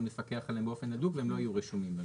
מפקח עליהם באופן הדוק והם לא יהיו רשומים.